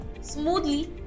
smoothly